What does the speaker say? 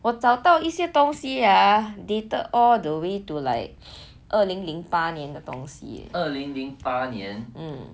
我找到一些东西 ah dated all the way to like 二零零八年的东西